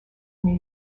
new